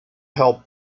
helped